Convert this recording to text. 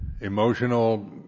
emotional